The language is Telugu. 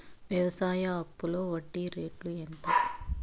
వ్యవసాయ అప్పులో వడ్డీ రేట్లు ఎంత?